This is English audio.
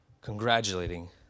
congratulating